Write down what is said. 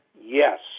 Yes